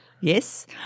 Yes